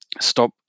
stop